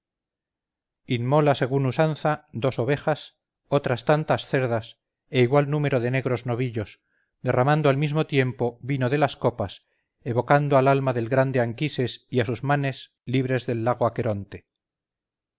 inmola según usanza dos ovejas otras tantas cerdas e igual número de negros novillos derramando al mismo tiempo vino de las copas evocando al alma del grande anquises y a sus manes libres del